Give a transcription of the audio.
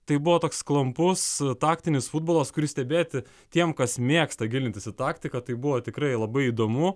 tai buvo toks klampus taktinis futbolas kuris stebėti tiem kas mėgsta gilintis į taktiką tai buvo tikrai labai įdomu